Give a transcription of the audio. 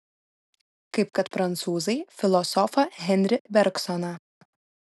kaip kad prancūzai filosofą henri bergsoną